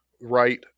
right